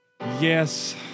yes